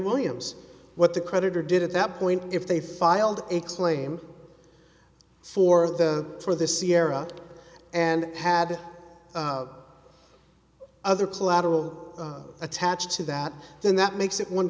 williams what the creditor did at that point if they filed a claim for the for the sierra and had other collateral attached to that then that makes it one